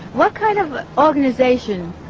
what kind of organization,